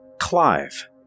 Clive